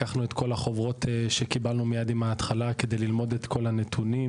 לקחנו את כל החוברות שקיבלנו מההתחלה כדי ללמוד את כל הנתונים.